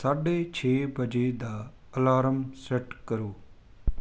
ਸਾਢੇ ਛੇ ਵਜੇ ਦਾ ਅਲਾਰਮ ਸੈੱਟ ਕਰੋ